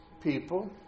people